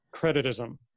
creditism